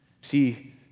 See